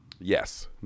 Yes